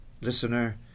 listener